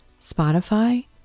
Spotify